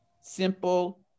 Simple